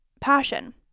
passion